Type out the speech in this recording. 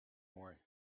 more